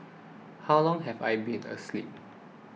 how long have I been asleep